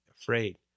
afraid